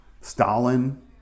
Stalin